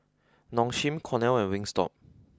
Nong Shim Cornell and Wingstop